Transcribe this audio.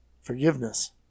forgiveness